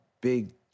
big